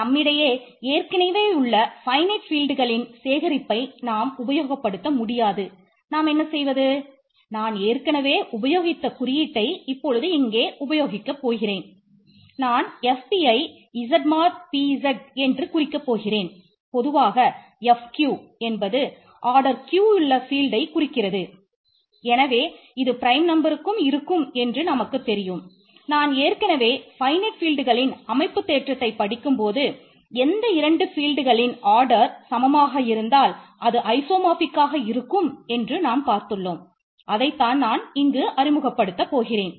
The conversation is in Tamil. நம்மிடையே ஏற்கனவே உள்ள ஃபைனட் ஃபீல்ட்களின் இருக்கும் என்று நாம் பார்த்துள்ளோம் அதை நான் இங்கே அறிமுகப்படுத்தப் போகிறேன்